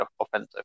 offensive